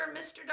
Mr